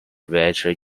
rather